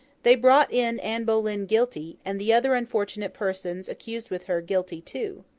they brought in anne boleyn guilty, and the other unfortunate persons accused with her, guilty too.